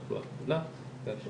תחלואה כפולה והשאר.